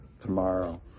tomorrow